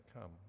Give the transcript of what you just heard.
come